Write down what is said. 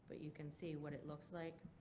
but you can see what it looks like.